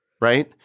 right